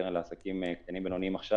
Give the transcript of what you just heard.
הקרן לעסקים קטנים ובינוניים עכשיו,